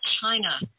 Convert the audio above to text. China